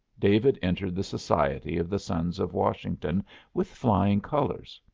david entered the society of the sons of washington with flying colors.